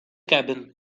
cabin